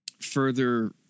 Further